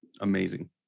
Amazing